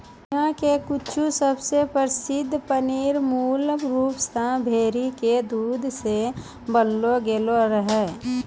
दुनिया के कुछु सबसे प्रसिद्ध पनीर मूल रूप से भेड़ी के दूध से बनैलो गेलो रहै